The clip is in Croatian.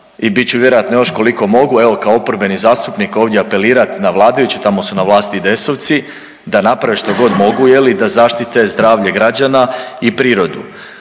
i bit ću još vjerojatno koliko mogu, evo kao oporbeni zastupnik ovdje apelirat na vladajuće, tamo su na vlasti IDS-ovci da naprave štogod mogu da zaštite zdravlje građana i prirodu.